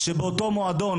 שבאותו מועדון,